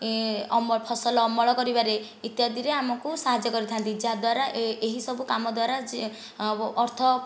ଏଁ ଆମ ଫସଲ ଅମଳ କରିବାରେ ଇତ୍ୟାଦିରେ ଆମକୁ ସାହାଯ୍ୟ କରିଥାନ୍ତି ଯାଦ୍ଵାରା ଏହିସବୁ କାମ ଦ୍ଵାରା ଅର୍ଥ